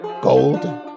Gold